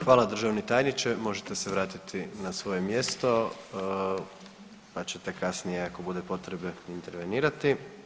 Hvala državni tajniče, možete se vratiti na svoje mjesto pa ćete kasnije ako bude potrebe intervenirati.